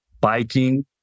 biking